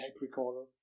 recorder